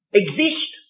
exist